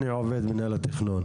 הנתיך הדירתי לא עומד בלחץ הזה.